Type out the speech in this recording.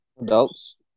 adults